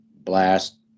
blast